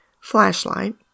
flashlight